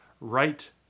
right